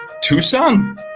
Tucson